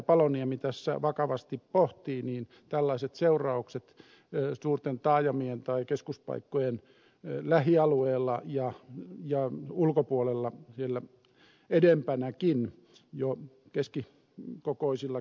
paloniemi tässä vakavasti pohtii tällaiset seuraukset suurten taajamien tai kes kuspaikkojen lähialueella ja ulkopuolella vielä edempänäkin jo keskikokoisillakin paikkakunnilla